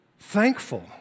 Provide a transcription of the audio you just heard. thankful